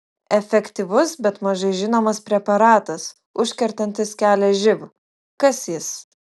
efektyvus bet mažai žinomas preparatas užkertantis kelią živ kas jis